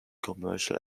commercial